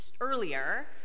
earlier